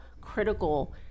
critical